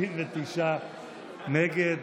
99 נגד.